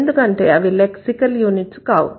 ఎందుకంటే అవి lexical units కావు